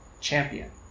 Champion